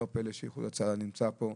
לא פלא שאנשי איחוד הצלה נמצאים פה,